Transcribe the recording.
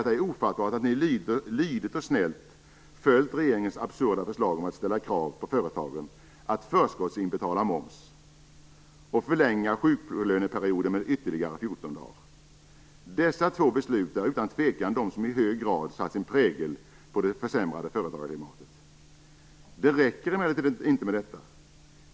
Det är ofattbart att ni lydigt och snällt följt regeringens absurda förslag om att ställa krav på företagen att förskottsinbetala moms och förlänga sjuklöneperioden med ytterligare 14 dagar. Dessa två beslut är utan tvekan de som i hög grad satt sin prägel på det försämrade företagarklimatet. Det räcker emellertid inte med detta.